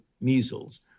measles